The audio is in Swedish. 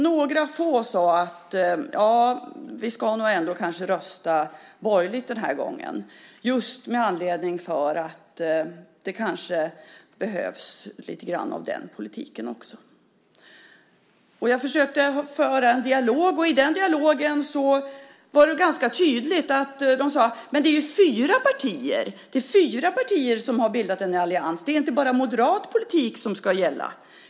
Några få sade att de den här gången nog skulle rösta borgerligt just för att det kanske behövdes lite av den politiken också. Jag försökte föra en dialog, och i den dialogen sade de tydligt att det är fyra partier som bildat allians, att det inte bara är moderat politik som ska gälla.